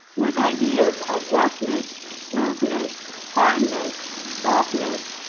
with ideas of roughness, smoothness, hardness, softness,